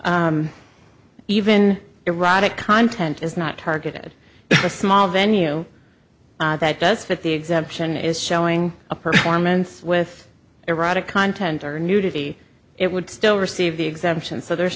r even erotic content is not targeted to small venue that does fit the exemption is showing a performance with erotic content or nudity it would still receive the exemption so there